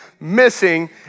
missing